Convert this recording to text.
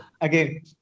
again